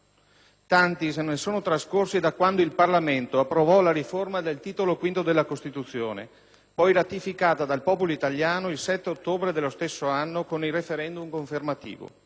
Tanti ne sono trascorsi da quando il Parlamento approvò la riforma del Titolo V della Costituzione, poi ratificata dal popolo italiano il 7 ottobre dello stesso anno con il *referendum* confermativo.